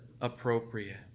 appropriate